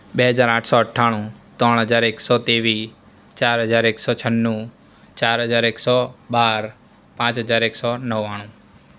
બે હજાર આઠસો અઠ્ઠાણું ત્રણ હજાર એકસો ત્રેવીસ ચાર હજાર એકસો છન્નું ચાર હજાર એકસો બાર પાંચ હજાર એકસો નવ્વાણું